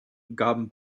gaben